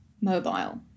mobile